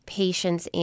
patients